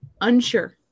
Unsure